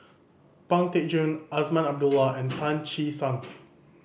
Pang Teck Joon Azman Abdullah and Tan Che Sang